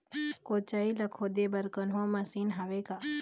कोचई ला खोदे बर कोन्हो मशीन हावे का?